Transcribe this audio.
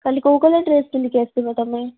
କାଲି କେଉଁ colour dress ପିନ୍ଧିକି ଆସିବ ତମେ